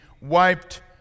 wiped